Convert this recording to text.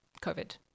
COVID